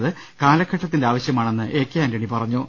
ണ്ടത് കാലഘട്ടത്തിന്റെ ആവശ്യമാണെന്ന് എ കെ ആന്റണി പറഞ്ഞു